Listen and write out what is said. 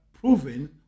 proven